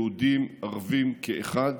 יהודים וערבים כאחד,